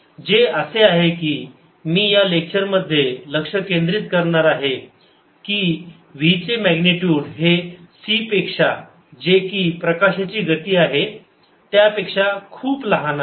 जे असे आहे की मी या लेक्चर मध्ये लक्ष केंद्रित करणार आहे v चे मॅग्निट्युड c पेक्षा जे की प्रकाशाची गती आहे त्यापेक्षा खूप लहान आहे